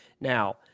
Now